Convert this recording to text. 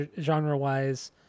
genre-wise